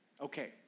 Okay